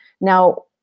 Now